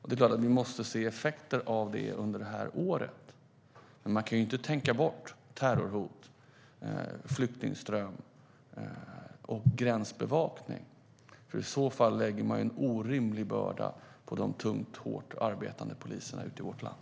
Det är klart att vi måste se effekter av det under det här året, men man kan ju inte tänka bort terrorhot, flyktingström och gränsbevakning, för i så fall lägger man en orimlig börda på de tungt och hårt arbetande poliserna ute i vårt land.